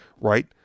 right